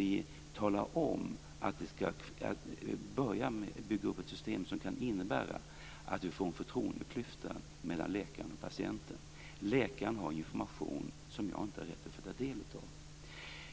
Vi skulle börja bygga upp ett system som kan innebära att vi får en förtroendeklyfta mellan läkaren och patienten. Läkaren har information som jag inte har rätt att få del av.